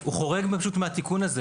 הוא חורג מהתיקון הזה.